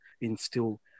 instill